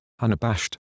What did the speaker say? unabashed